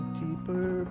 deeper